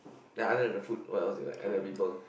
ya other than the food what else do you like and the people